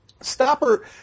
stopper